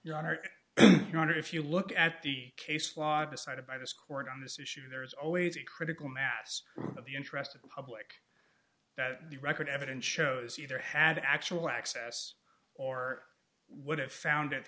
your honor your honor if you look at the case law decided by this court on this issue there's always a critical mass of the interest of the public that the record evidence shows either had actual access or would have found